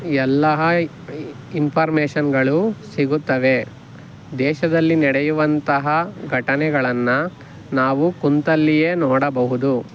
ಎಲ್ಲಹ ಇನ್ಫಾರ್ಮೇಶನ್ಗಳು ಸಿಗುತ್ತವೆ ದೇಶದಲ್ಲಿ ನಡೆಯುವಂತಹ ಘಟನೆಗಳನ್ನು ನಾವು ಕುಳ್ತಲ್ಲಿಯೇ ನೋಡಬಹುದು